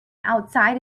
outside